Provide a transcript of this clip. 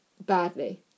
badly